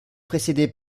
précédée